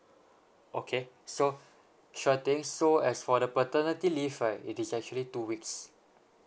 okay so sure things so as for the paternity leave right it is actually two weeks